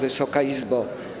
Wysoka Izbo!